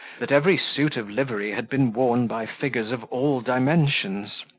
that every suit of livery had been worn by figures of all dimensions.